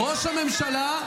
ראש הממשלה,